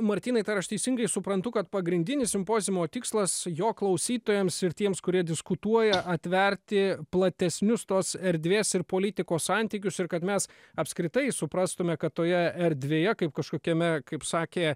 martynai tai ar aš teisingai suprantu kad pagrindinis simpoziumo tikslas jo klausytojams ir tiems kurie diskutuoja atverti platesnius tos erdvės ir politikos santykius ir kad mes apskritai suprastume kad toje erdvėje kaip kažkokiame kaip sakė